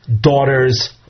daughter's